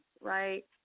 right